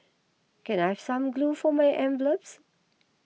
can I have some glue for my envelopes